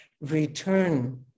return